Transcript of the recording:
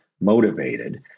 motivated